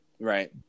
Right